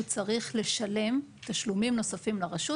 הוא צריך לשלם תשלומים נוספים לרשות.